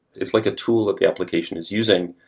it's like a tool that the applications is using.